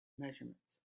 measurements